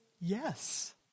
yes